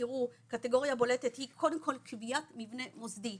תראו קטגוריה בולטת היא קודם כל קביעת מבנה מוסדי,